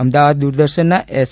અમદાવાદ દૂરદર્શનના એસ